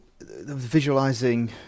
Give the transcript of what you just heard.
visualizing